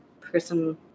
person